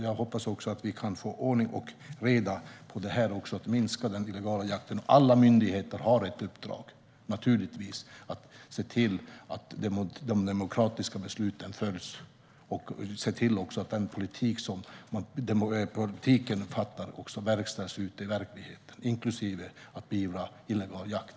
Jag hoppas också att vi kan få ordning och reda inom detta område så att den illegala jakten minskar. Alla myndigheter har naturligtvis ett uppdrag att se till att de demokratiska besluten följs och att den politik som genom demokratin fastställs också verkställs ute i verkligheten, inklusive att beivra illegal jakt.